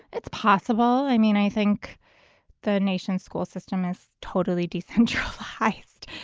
it's possible i mean, i think the nation's school system is totally decentralized.